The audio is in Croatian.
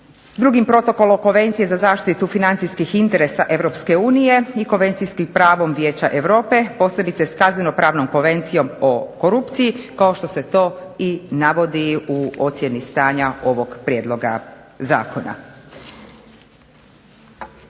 drugim protokolom Konvencije za zaštitu financijskih interesa EU i konvencijskim pravom Vijeća Europe posebice s kazneno-pravnom konvencijom o korupciji kao što se to i navodi u ocjeni stanja ovog prijedloga zakona.